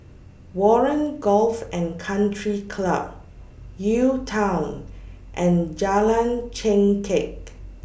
Warren Golf and Country Club UTown and Jalan Chengkek